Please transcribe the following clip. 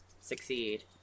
succeed